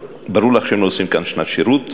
שברור לך שהם לא עושים כאן שנת שירות,